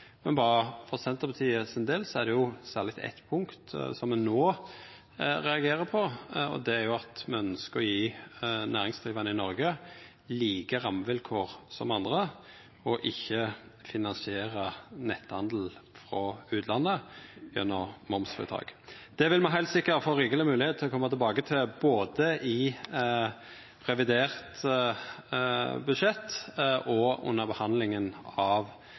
det er særleg eitt punkt Senterpartiet no reagerer på, og det er at me ynskjer å gje næringsdrivande i Noreg like rammevilkår som andre og ikkje finansiera netthandel frå utlandet med momsfritak. Det vil me heilt sikkert få rikeleg med mogelegheiter til å koma tilbake til både i revidert budsjett og under behandlinga av